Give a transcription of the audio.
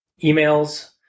emails